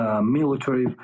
military